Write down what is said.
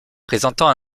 présentant